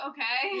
Okay